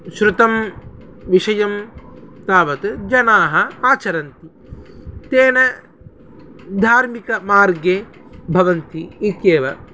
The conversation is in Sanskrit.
श्रुतं विषयं तावत् जनाः आचरन्ति तेन धार्मिकमार्गे भवन्ति इत्येव